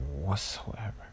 whatsoever